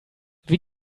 wie